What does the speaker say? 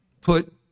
put